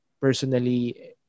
personally